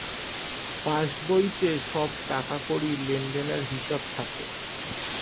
পাসবইতে সব টাকাকড়ির লেনদেনের হিসাব থাকে